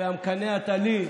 ו"המקנא אתה לי,